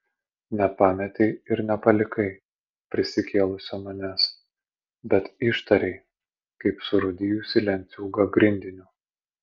nepametei ir nepalikai prisikėlusio manęs bet ištarei kaip surūdijusį lenciūgą grindiniu